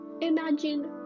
Imagine